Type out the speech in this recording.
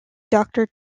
doctor